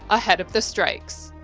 ahead of the strikes.